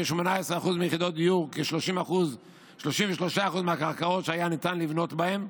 כ-18% מיחידות הדיור וכ-33% מהקרקעות שהיה ניתן לבנות בהן,